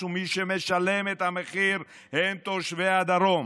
ומי שמשלמים את המחיר הם תושבי הדרום.